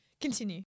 continue